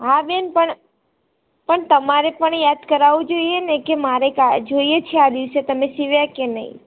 હા બેન પણ તમારે પણ યાદ કરાવવું જોઈયે ને કે મારે જોઈએ છે આ દિવસે તમે સીવ્યા કે નહીં